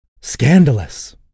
Scandalous